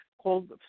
called